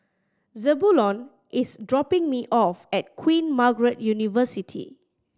Zebulon is dropping me off at Queen Margaret University